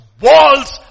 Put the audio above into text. walls